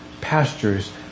pastures